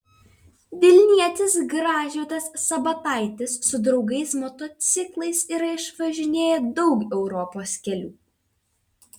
vilnietis gražvydas sabataitis su draugais motociklais yra išvažinėję daug europos kelių